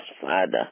Father